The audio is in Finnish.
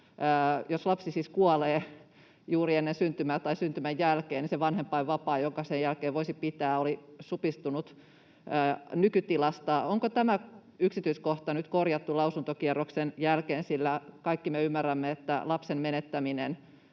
jos lapsi kuolee juuri ennen syntymää tai syntymän jälkeen, niin se vanhempainvapaa, jonka sen jälkeen voisi pitää, oli supistunut nykytilasta. Onko tämä yksityiskohta nyt korjattu lausuntokierroksen jälkeen, sillä kaikki me ymmärrämme, että lapsen menettäminen